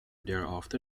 thereafter